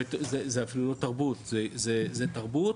זה אפילו לא תרבות, זה תרבות